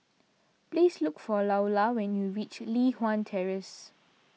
please look for Loula when you reach Li Hwan Terrace